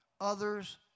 others